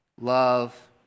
love